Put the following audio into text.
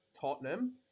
Tottenham